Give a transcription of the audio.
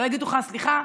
לא יגידו לך: סליחה,